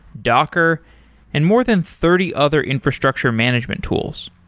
docker and more than thirty other infrastructure management tools.